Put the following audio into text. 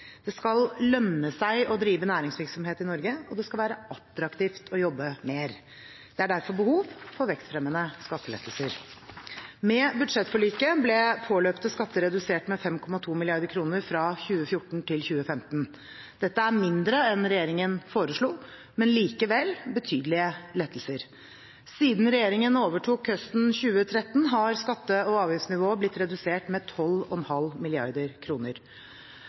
Det skal lønne seg å drive næringsvirksomhet i Norge, og det skal være attraktivt å jobbe mer. Det er derfor behov for vekstfremmende skattelettelser. Med budsjettforliket ble påløpte skatter redusert med 5,2 mrd. kr fra 2014 til 2015. Dette er mindre enn regjeringen forslo, men likevel betydelige lettelser. Siden regjeringen overtok høsten 2013, har skatte- og avgiftsnivået blitt redusert med 12,5